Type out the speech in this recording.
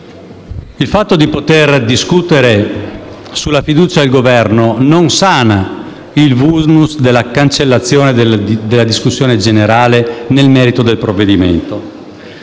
il fatto di poter discutere sulla fiducia al Governo non sana il *vulnus* della cancellazione della discussione generale nel merito del provvedimento.